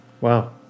Wow